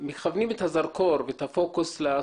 שוררת בקרב האנשים הרגשה מאוד קשה כלפי הממסד בכלל.